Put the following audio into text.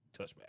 Touchback